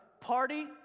party